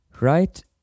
Right